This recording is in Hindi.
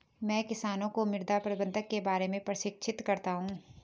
मैं किसानों को मृदा प्रबंधन के बारे में प्रशिक्षित करता हूँ